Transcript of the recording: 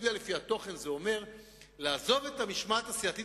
להצביע לפי התוכן זה אומר לעזוב את המשמעת הסיעתית